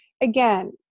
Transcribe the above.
again